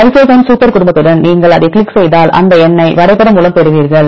lysozyme super குடும்பத்துடன் நீங்கள் அதைக் கிளிக் செய்தால் இந்த எண்ணைப் வரைபடம் மூலம் பெறுவீர்கள்